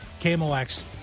KMOX